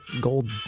gold